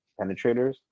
penetrators